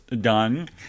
done